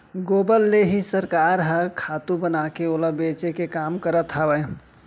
गोबर ले ही सरकार ह खातू बनाके ओला बेचे के काम करत हवय